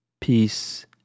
Peace